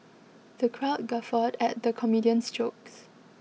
the crowd guffawed at the comedian's jokes